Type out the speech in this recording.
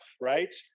right